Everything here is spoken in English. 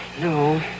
No